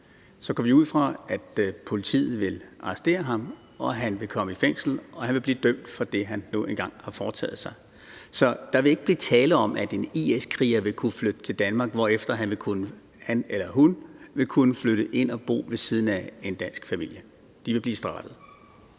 går vi ud fra, at politiet vil arrestere ham, og at han vil komme i fængsel og han vil blive dømt for det, han nu engang har foretaget sig. Så der vil ikke blive tale om, at en IS-kriger vil kunne flytte til Danmark, hvorefter han eller hun vil kunne flytte ind og bo ved siden af en dansk familie. De vil blive straffet.